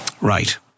Right